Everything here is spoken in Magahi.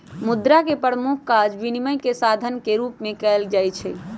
मुद्रा के प्रमुख काज विनिमय के साधन के रूप में उपयोग कयल जाइ छै